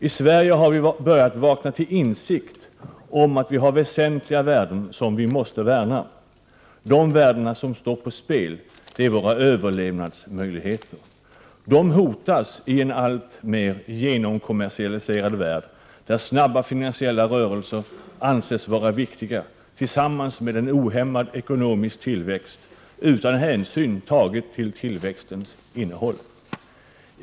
I Sverige har vi börjat komma till insikt om att vi har väsentliga värden som vi måste värna. De värden som står på spel är våra överlevnadsmöjligheter. De hotas i en alltmer genomkommersialiserad värld, där snabba finansiella rörelser anses vara viktiga tillsammans med en ohämmad ekonomisk tillväxt utan hänsyn tagen till tillväxtens innehåll.